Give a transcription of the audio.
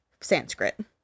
Sanskrit